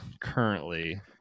currently